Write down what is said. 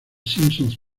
simmons